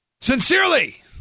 Sincerely